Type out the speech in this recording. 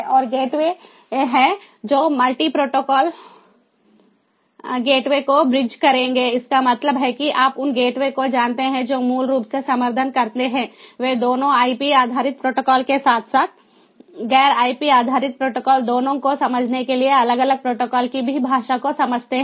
और गेटवे हैं जो मल्टीप्रोटोकोल गेटवे को ब्रिजज़ करेंगे इसका मतलब है कि आप उन गेटवे को जानते हैं जो मूल रूप से समर्थन करते हैं वे दोनों आईपी आधारित प्रोटोकॉल के साथ साथ गैर आईपी आधारित प्रोटोकॉल दोनों को समझने के लिए अलग अलग प्रोटोकॉल की भाषा को समझते हैं